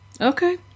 Okay